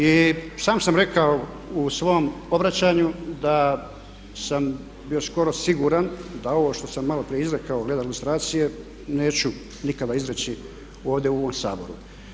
I sam sam rekao u svom obraćanju da sam bio skoro siguran da ovo što sam maloprije izrekao glede lustracije neću nikada izreći ovdje u ovom Saboru.